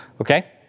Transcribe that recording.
Okay